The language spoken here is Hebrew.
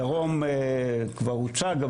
הדרום כבר הוצג,